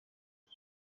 uyu